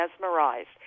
mesmerized